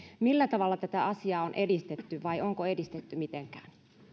millä tavalla tätä asiaa on edistetty vai onko edistetty mitenkään